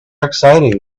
exciting